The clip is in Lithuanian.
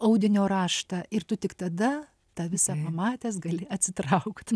audinio raštą ir tu tik tada tą visą pamatęs gali atsitraukt